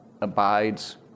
abides